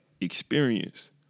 experience